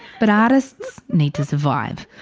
but artists need to survive.